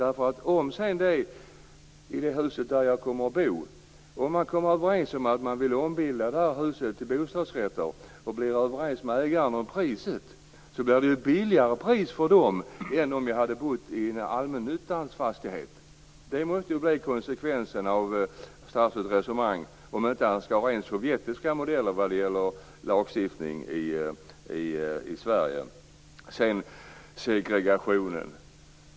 Om man sedan i det hus där jag kommer att bo kommer överens om att ombilda huset till bostadsrätter och blir överens med ägaren om priset så blir det ju ett lägre pris än om jag hade bott i allmännyttans fastighet. Det måste ju bli konsekvensen av statsrådets resonemang om han inte skall ha rent sovjetiska modeller vad gäller lagstiftning i Sverige. Sedan detta med segregationen.